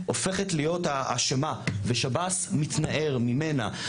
הופכת להיות האשמה ושב"ס מתנער ממנה.